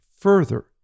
further